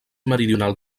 meridional